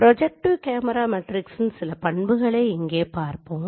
projective camera மேட்ரிக்ஸின் சில பண்புகளை இங்கே பார்ப்போம்